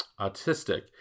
autistic